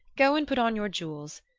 go and put on your jewels.